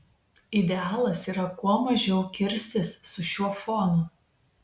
idealas yra kuo mažiau kirstis su šiuo fonu